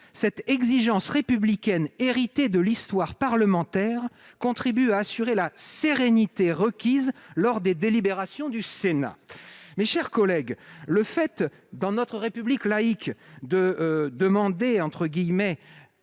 Cette exigence républicaine héritée de l'histoire parlementaire contribue à assurer la sérénité requise lors des délibérations du Sénat. » Mes chers collègues, demander, dans notre République laïque, un minimum